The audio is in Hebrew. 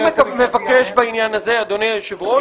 אני מבקש בעניין הזה, אדוני היושב-ראש,